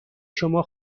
شما